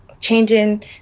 changing